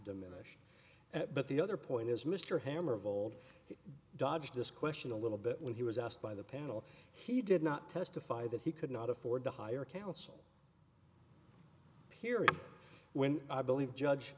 diminished at but the other point is mr hammer of old he dodged this question a little bit when he was asked by the panel he did not testify that he could not afford to hire counsel period when i believe judge